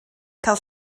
cael